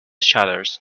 shutters